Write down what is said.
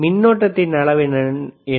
மின்னோட்டத்தின் அளவு என்ன